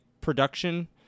production